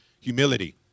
humility